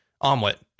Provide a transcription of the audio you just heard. omelet